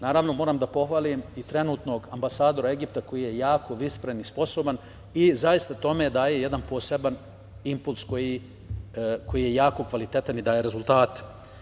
Naravno, moram da pohvalim i trenutnog ambasadora Egipta koji je jako vispren i sposoban i zaista tome daje jedan poseban impuls koji je jako kvalitetan i daje rezultate.